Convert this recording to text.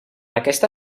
aquesta